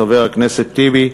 חבר הכנסת טיבי,